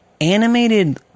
animated